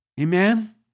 Amen